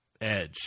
Edge